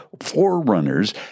forerunners